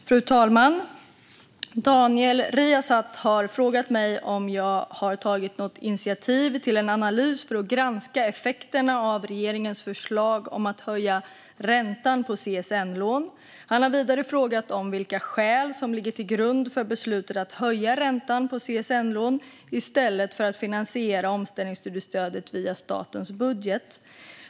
Fru talman! Daniel Riazat har frågat mig om jag har tagit något initiativ till en analys för att granska effekterna av regeringens förslag om att höja räntan på CSN-lån. Han har vidare frågat vilka skäl som ligger till grund för beslutet att höja räntan på CSN-lån i stället för att finansiera omställningsstudiestödet via statens budget.